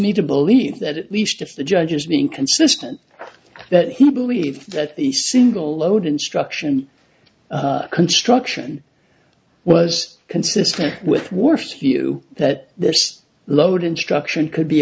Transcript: me to believe that at least if the judge is being consistent that he believes that the single load instruction construction was consistent with worst view that this load instruction could be